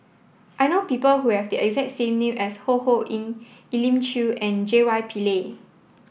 I know people who have the exact same name as Ho Ho Ying Elim Chew and J Y Pillay